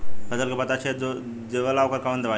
फसल के पत्ता छेद जो देवेला ओकर कवन दवाई ह?